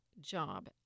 job